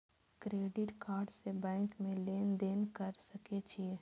Credit card से bank में लेन देन कर सके छीये?